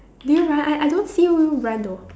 do you run I I don't see you you run though